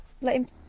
let